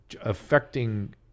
affecting